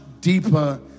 deeper